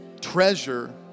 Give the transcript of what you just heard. treasure